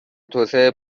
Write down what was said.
توسعه